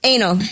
Anal